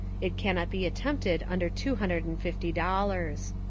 it cannot be attempted under two hundred and fifty dollars.